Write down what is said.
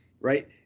right